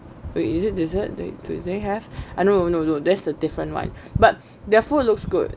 wait is it desert wait do they have no no no that's a different one but the food looks good